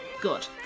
good